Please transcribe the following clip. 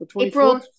April